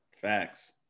facts